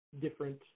different